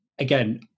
Again